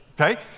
Okay